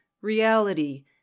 reality